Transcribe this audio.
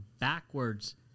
backwards